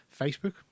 Facebook